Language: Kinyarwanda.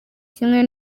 kimwe